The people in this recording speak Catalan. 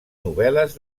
novel·les